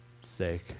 sake